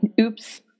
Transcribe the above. Oops